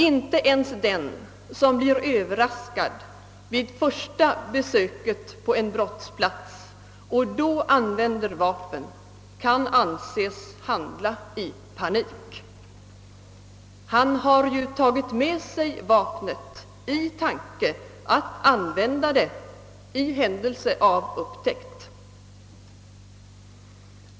Inte ens den som blir överraskad vid första besöket på en brottspiats och då använder vapen kan anses handla i panik. Han har ju tagit med sig vapnet i tanke att använda det i händelse av upptäckt.